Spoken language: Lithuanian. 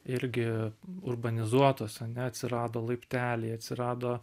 irgi urbanizuotos ane atsirado laipteliai atsirado